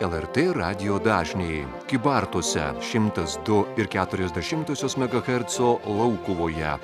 el er t radijo dažniai kybartuose šimtas du ir keturios dešimtosios megaherco laukuvoje